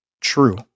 true